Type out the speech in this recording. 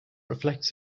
reflects